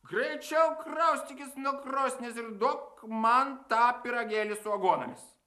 greičiau kraustykis nuo krosnies ir duok man tą pyragėlį su aguonomis